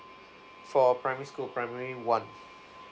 for primary school primary one